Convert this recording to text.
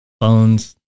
phones